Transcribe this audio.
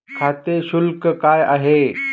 खाते शुल्क काय आहे?